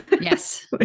Yes